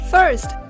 First